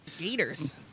Gators